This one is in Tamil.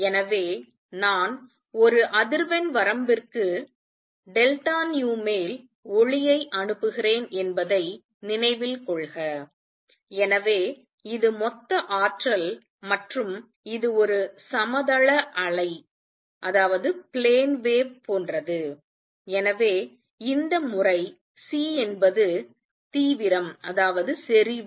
எனவே நான் ஒரு அதிர்வெண் வரம்பிற்கு மேல் ஒளியை அனுப்புகிறேன் என்பதை நினைவில் கொள்க எனவே இது மொத்த ஆற்றல் மற்றும் இது ஒரு சமதள அலை போன்றது எனவே இந்த முறை C என்பது தீவிரம் செறிவு